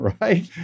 right